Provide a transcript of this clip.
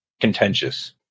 contentious